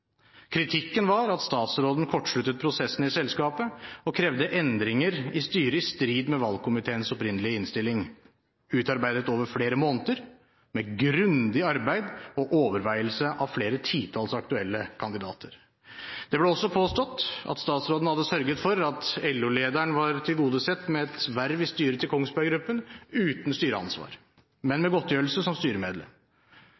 Kritikken var at statsråden kortsluttet prosessen i selskapet og krevde endringer i styret i strid med valgkomiteens opprinnelige innstilling, utarbeidet over flere måneder, med grundig arbeid og overveielse av flere titalls aktuelle kandidater. Det ble også påstått at statsråden hadde sørget for at LO-lederen var tilgodesett med et verv i styret til Kongsberg Gruppen, uten styreansvar, men